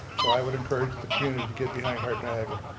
so i would encourage the community to get behind heart niagara.